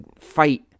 Fight